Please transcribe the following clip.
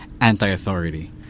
Anti-authority